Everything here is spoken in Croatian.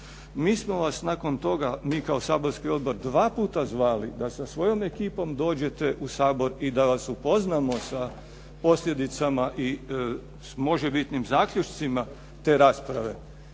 Mi smo vas nakon toga, mi kao Saborski odbor dva puta zvali da sa svojom ekipom dođete u Sabor i da vas upoznamo sa posljedicama i možebitnim zaključcima te rasprave.